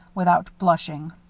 without blushing.